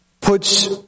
puts